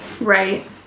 Right